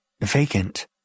vacant